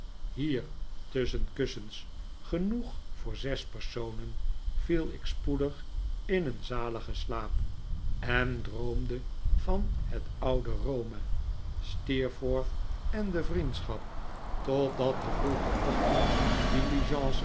hier tusschen kussens genoeg voor zes personen viel ik spoedig in een zaligen slaap en droomde van het oude rome steerforth en de vriendschap totdat de vroece ochtenddiligences